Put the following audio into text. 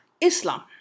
Islam